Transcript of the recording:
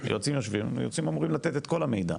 היועצים יושבים, היועצים אמורים לתת את כל המידע.